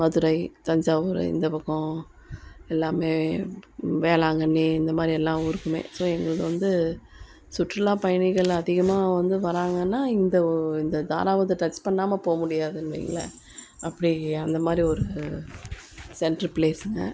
மதுரை தஞ்சாவூரு இந்த பக்கம் எல்லாமே வே வேளாங்கண்ணி இந்தமாதிரி எல்லா ஊருக்குமே ஸோ எங்களுது வந்து சுற்றுலாப்பயணிகள் அதிகமாக வந்து வராங்கன்னால் இந்த ஓ இந்த தாராபுரத்தை டச் பண்ணாமல் போக முடியாதுன்னு வைங்களேன் அப்படி அந்தமாதிரி ஒரு சென்ட்ரு பிளேஸ்ஸுங்க